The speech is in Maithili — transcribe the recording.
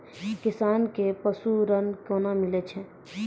किसान कऽ पसु ऋण कोना मिलै छै?